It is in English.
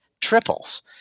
triples